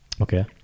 okay